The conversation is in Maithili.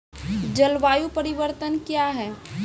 जलवायु परिवर्तन कया हैं?